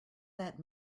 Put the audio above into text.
that